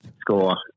Score